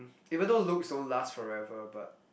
even though looks don't last forever but